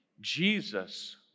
Jesus